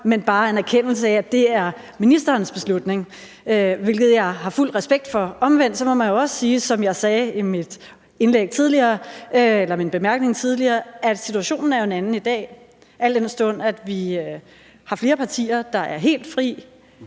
men bare en erkendelse af, at det er ministerens beslutning, hvilket jeg har fuld respekt for. Omvendt må man jo også, som jeg sagde i min bemærkning tidligere, sige, at situationen er en anden i dag, al den stund at vi har flere partier, der er helt frie,